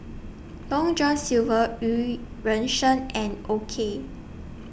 Long John Silver EU Ren Sang and O K